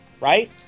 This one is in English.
right